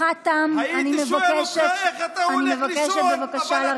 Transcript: הייתי שואל אותך איך אתה הולך לישון,